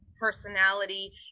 personality